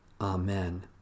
Amen